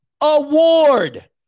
award